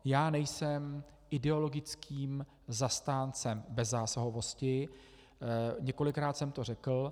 Já nejsem ideologickým zastáncem bezzásahovosti, několikrát jsem to řekl.